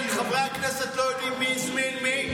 חברי הכנסת לא יודעים מי הזמין מי?